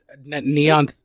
Neon